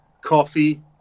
Coffee